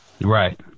Right